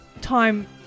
time